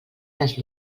les